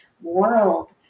world